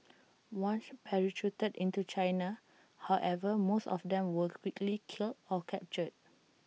once parachuted into China however most of them were quickly killed or captured